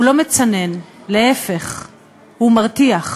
הוא לא מצנן, להפך, הוא מרתיח,